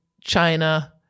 China